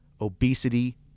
obesity